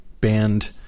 band